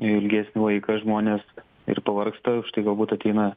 ilgesnį laiką žmonės ir pavargsta štai galbūt ateina